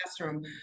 classroom